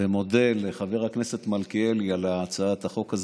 ומודה לחבר הכנסת מלכיאלי על הצעת החוק הזאת.